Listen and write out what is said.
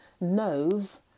knows